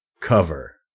cover